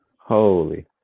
Holy